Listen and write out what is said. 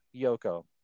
Yoko